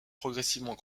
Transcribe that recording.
progressivement